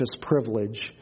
privilege